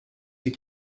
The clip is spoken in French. ses